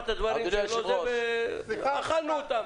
אמרת דברים --- ואכלנו אותם.